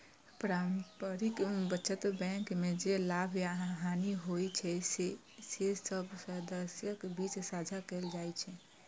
पारस्परिक बचत बैंक मे जे लाभ या हानि होइ छै, से सब सदस्यक बीच साझा कैल जाइ छै